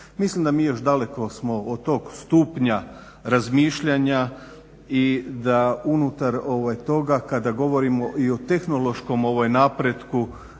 Mislim da mi još daleko smo od tog stupnja razmišljanja i da unutar toga kada govorimo i o tehnološkom napretku